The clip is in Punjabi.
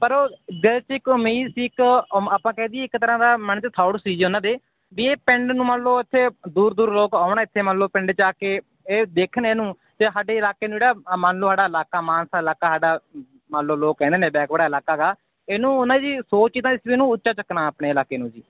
ਪਰ ਉਹ ਦਿਲ 'ਚ ਇੱਕ ਉਮੀਦ ਸੀ ਇੱਕ ਉਮ ਆਪਾਂ ਕਹਿ ਦਈਏ ਇੱਕ ਤਰ੍ਹਾਂ ਦਾ ਮਨ 'ਚ ਥੋਟ ਸੀ ਜੀ ਉਹਨਾਂ ਦੇ ਵੀ ਇਹ ਪਿੰਡ ਨੂੰ ਮੰਨ ਲਓ ਇੱਥੇ ਦੂਰ ਦੂਰ ਲੋਕ ਆਉਣ ਇੱਥੇ ਮੰਨ ਲਓ ਪਿੰਡ 'ਚ ਆ ਕੇ ਇਹ ਦੇਖਣ ਇਹਨੂੰ ਅਤੇ ਸਾਡੇ ਇਲਾਕੇ ਨੂੰ ਜਿਹੜਾ ਮੰਨ ਲਓ ਸਾਡਾ ਇਲਾਕਾ ਮਾਨਸਾ ਇਲਾਕਾ ਸਾਡਾ ਮੰਨ ਲਓ ਲੋਕ ਕਹਿੰਦੇ ਨੇ ਬੈਕਵਰਡ ਇਲਾਕਾ ਗਾ ਇਹਨੂੰ ਉਹਨਾਂ ਜੀ ਸੋਚ ਇੱਦਾਂ ਦੀ ਸੀ ਇਹਨੂੰ ਉੱਚਾ ਚੱਕਣਾ ਆਪਣੇ ਇਲਾਕੇ ਨੂੰ ਜੀ